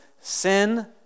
sin